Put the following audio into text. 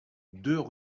deux